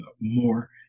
more